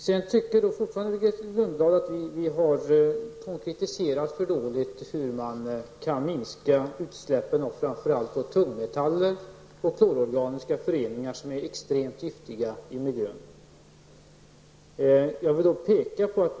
Grethe Lundblad vidhåller att hon tycker att vi alltför dåligt har konkretiserat hur utsläppen av framför allt tungmetaller och klororganiska föreningar kan minskas, vilka är extremt giftiga för miljön.